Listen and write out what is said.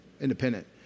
independent